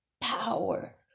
power